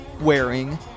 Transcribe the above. Wearing